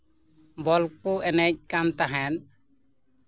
ᱵᱚᱞ ᱠᱚ ᱮᱱᱮᱡ ᱠᱟᱱ ᱛᱟᱦᱮᱱ